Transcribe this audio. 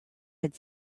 had